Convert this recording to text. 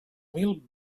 mil